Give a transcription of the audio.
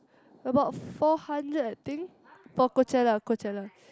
about four hundred I think for Coachella Coachella